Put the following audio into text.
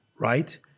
Right